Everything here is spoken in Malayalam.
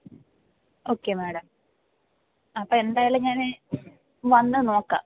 ഓക്കേ മാഡം അപ്പോൾ എന്തായാലും ഞാൻ വന്നു നോക്കാം